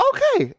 Okay